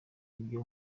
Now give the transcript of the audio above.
ibyo